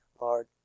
Lord